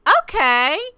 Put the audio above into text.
okay